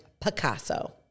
Picasso